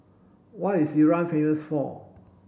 what is Iran famous for